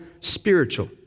spiritual